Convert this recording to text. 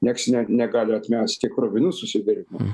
nieks ne negali atmesti kruvinų susidūrimų